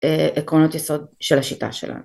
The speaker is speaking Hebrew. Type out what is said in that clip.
עקרונות יסוד של השיטה שלנו.